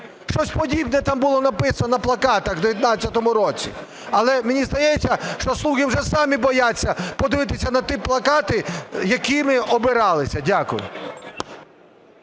Щось подібне там було написано на плакатах у 19-му році. Але мені здається, що "слуги" вже самі бояться подивитися на ті плакати, якими обиралися. Дякую.